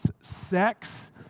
sex